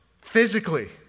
Physically